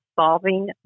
Solving